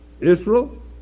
Israel